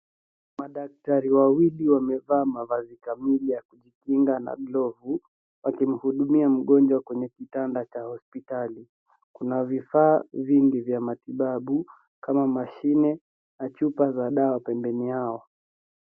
Madaktari wawili wamevaa mavazi kamili ya kujikinga na glavu, wakimhudumia mgonjwa kwenye kitanda cha hospitali. Kuna vifaa vingi vya matibabu kama mashine na chupa za dawa pembeni yao.